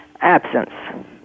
absence